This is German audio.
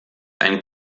ein